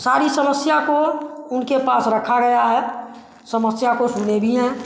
सारी समस्या को उनके पास रखा गया है समस्या को सुने भी हैं